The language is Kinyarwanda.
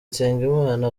nsengimana